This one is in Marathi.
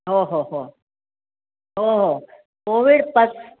हो हो हो हो हो कोविड पास